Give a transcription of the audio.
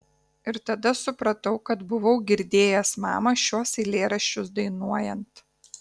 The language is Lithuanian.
ir tada supratau kad buvau girdėjęs mamą šiuos eilėraščius dainuojant